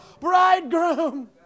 Bridegroom